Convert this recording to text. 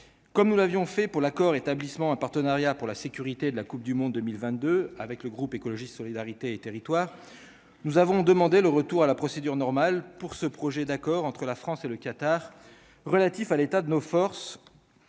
comme nous l'avions fait pour l'accord établissement un partenariat pour la sécurité de la Coupe du monde 2022 avec le groupe écologiste solidarité et territoires, nous avons demandé le retour à la procédure normale pour ce projet d'accord entre la France et le Qatar relatifs à l'état de nos forces,